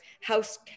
House